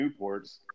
Newports